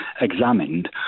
examined